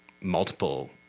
multiple